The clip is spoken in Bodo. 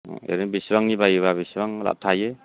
ओरैनो बेसेबांनि बायोबा बेसेबां लाब थायो